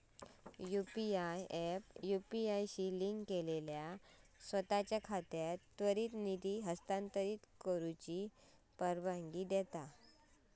UPI app UPI शी link केलेल्या सोताचो खात्यात त्वरित निधी हस्तांतरित करण्याची परवानगी देता